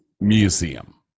museum